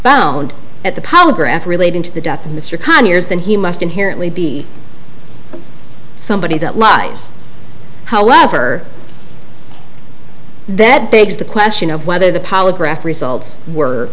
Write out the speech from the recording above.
found at the polygraph relating to the death of mr conyers then he must inherently be somebody that lies however that begs the question of whether the polygraph results were